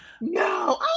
No